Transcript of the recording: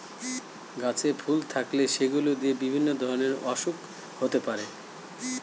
গাছে ফুল থাকলে সেগুলো দিয়ে বিভিন্ন রকমের ওসুখ হতে পারে